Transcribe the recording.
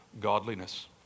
godliness